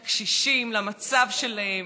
לקשישים, למצב שלהם.